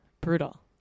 brutal